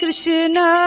Krishna